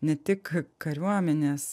ne tik kariuomenės